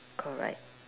correct